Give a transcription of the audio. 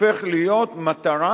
הופך להיות מטרה,